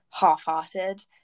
half-hearted